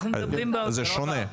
זה שונה.